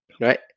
right